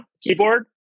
keyboard